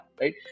right